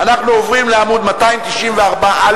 סעיף 57,